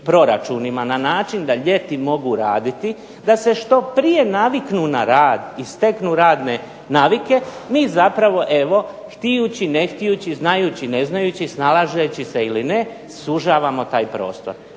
na način da ljeti mogu raditi, da se što prije naviknu na rad i steknu radne navike mi im zapravo evo, htijući ne htijući, znajući ne znajući, snalazeći se ili ne sužavamo taj prostor.